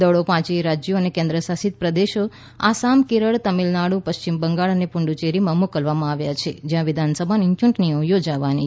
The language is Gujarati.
દળો પાંચેય રાજ્યો અને કેન્દ્રશાસિત પ્રદેશો આસામ કેરળ તામિલનાડ઼ પશ્ચિમ બંગાળ અને પુડુ ચ્ચેરીમાં મોકલવામાં આવ્યા છે જ્યાં વિધાનસભાની ચૂંટણીઓ યોજાવાની છે